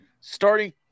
Starting